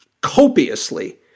copiously